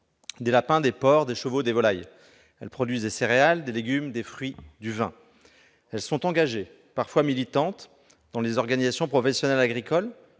des lapins, des porcs, des chevaux, des volailles. Elles produisent des céréales, des légumes, des fruits, du vin. Elles sont engagées, parfois militantes, dans les organisations professionnelles agricoles,